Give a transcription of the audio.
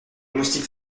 moustiques